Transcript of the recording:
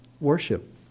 Worship